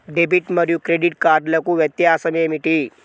Debit మరియు credit కార్డ్లకు వ్యత్యాసమేమిటీ?